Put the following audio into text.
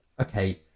okay